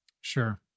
Sure